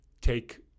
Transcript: take